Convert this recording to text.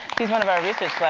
she's one of our research